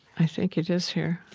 i think it is here.